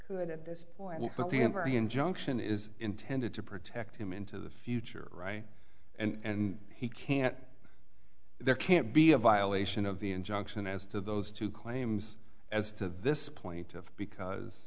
could at this point but we have our injunction is intended to protect him into the future right and he can't there can't be a violation of the injunction as to those two claims as to this point of because